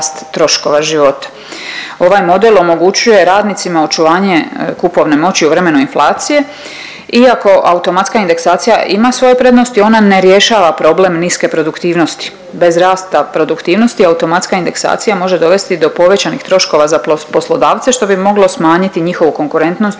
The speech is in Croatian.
Ovaj model omogućuje radnicima očuvanje kupovne moći u vremenu inflacije, iako automatska indeksacija ima svoje prednosti, ona ne rješava problem niske produktivnosti. Bez rasta produktivnosti automatska indeksacija može dovesti do povećanih troškova za poslodavce, što bi moglo smanjiti njihovu konkurentnost